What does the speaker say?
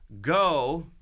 Go